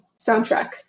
soundtrack